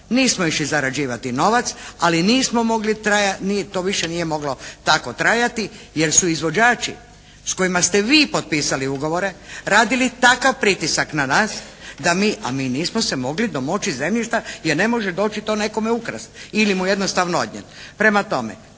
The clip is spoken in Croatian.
nismo išli zarađivati novac, ali nismo mogli, to nije više moglo tako trajati jer su izvođači s kojima ste vi potpisali ugovore radili takav pritisak na nas da mi, a mi nismo se mogli domoći zemljišta jer ne može doći to nekome ukrasti ili mu jednostavno odnijeti.